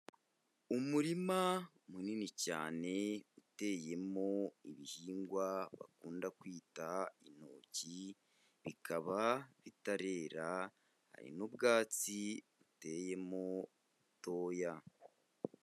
Umurima munini cyane uteyemo ibihingwa bakunda kwita intoki, bikaba bitarera, hari n'ubwatsi buteyemo butoya.